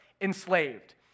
enslaved